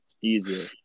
easier